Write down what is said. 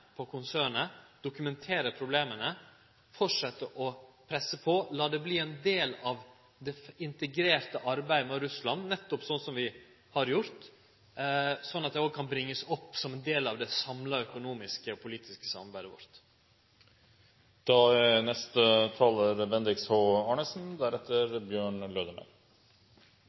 på konsernet, dokumentere problema, fortsetje å presse på og la det verte ein del av det integrerte samarbeidet med Russland nettopp slik som vi har gjort, slik at det kan verte ein del av det samla økonomiske samarbeidet vårt. Interpellanten tar i denne interpellasjonen opp en meget viktig sak, og jeg vet at dette er